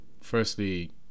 firstly